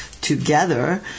together